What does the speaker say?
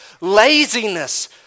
laziness